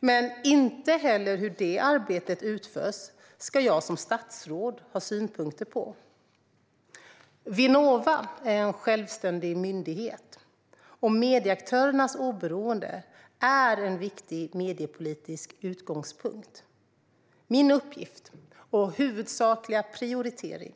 Men inte heller hur det arbetet utförs ska jag som statsråd ha synpunkter på. Vinnova är en självständig myndighet, och medieaktörernas oberoende är en viktig mediepolitisk utgångspunkt. Min uppgift, och huvudsakliga prioritering,